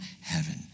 heaven